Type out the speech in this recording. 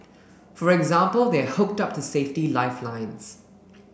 for example they are hooked up to safety lifelines